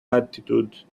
latitude